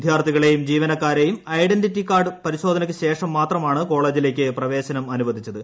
വിദ്യാർത്ഥികളെയും ജീവനക്കാരെയും ഐഡന്റിറ്റി പരിശോധനയ്ക്ക് ശേഷം മാത്രമാണ് കോളേജിലേക്ക് കാർഡ് പ്രവേശനം അനുവദിച്ചത്